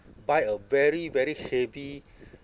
buy a very very heavy